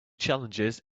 challenges